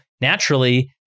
naturally